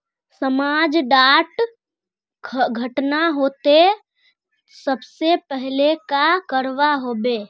समाज डात घटना होते ते सबसे पहले का करवा होबे?